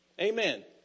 Amen